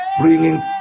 bringing